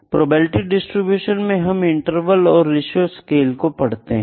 probability distribution में हम interval और रिशु स्केल को पढ़ते हैं